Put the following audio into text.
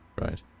Right